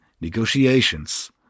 negotiations